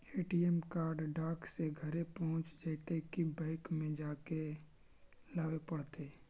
ATM card डाक से घरे पहुँच जईतै कि बैंक में जाके लाबे पड़तै?